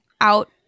out